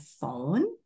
phone